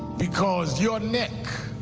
because your neck